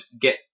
Get